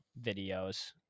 videos